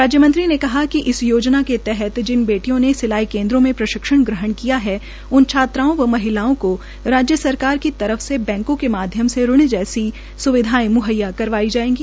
राज्यमंत्री ने कहा कि इस योजना के तहत जिन बेटियों ने सिलाई केंद्रों में प्रशिक्षण ग्रहण किया है उन छात्राओं व महिलाओं को राज्य सरकार की तरफ से बैकों के माध्यम से ऋण जैसी स्विधाएं मुहैया करवाई जाएंगी